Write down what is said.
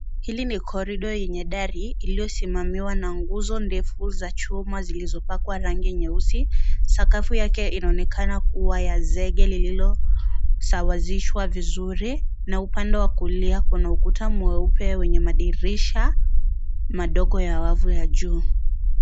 Hili ni korido yenye dari iliyosimamiwa na nguzo ndefu za chuma zilizopakwa rangi nyeusi. Sakafu yake inaonekana kuwa ya zege lililosawazishwa vizuri na upande wa kulia kuna ukuta mweupe wenye madirisha madogo ya wavu ya juu.